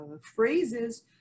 phrases